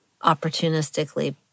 opportunistically